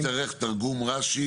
כשאני אצטרך תרגום רש"י,